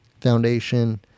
foundation